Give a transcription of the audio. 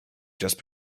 just